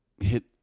hit